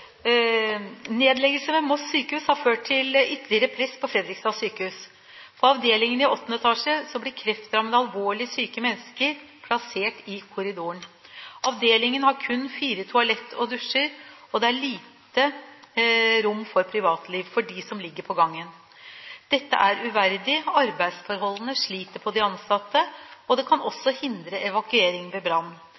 ved Moss sykehus har ført til ytterligere press på Fredrikstad sykehus. På avdelingen i 8. etasje blir kreftrammede, alvorlig syke mennesker plassert i korridoren. Avdelingen har kun fire toalett og dusjer, og det er lite rom for privatliv for de som ligger på gangen. Dette er uverdig, arbeidsforholdene sliter på de ansatte, og det kan